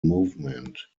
movement